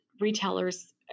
retailers